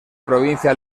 provincia